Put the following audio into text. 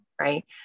right